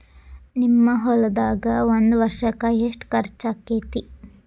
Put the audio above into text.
ನಿಮ್ಮ ಹೊಲ್ದಾಗ ಒಂದ್ ವರ್ಷಕ್ಕ ಎಷ್ಟ ಖರ್ಚ್ ಆಕ್ಕೆತಿ?